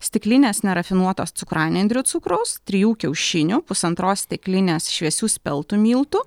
stiklinės nerafinuotos cukranendrių cukraus trijų kiaušinių pusantros stiklinės šviesių speltų miltų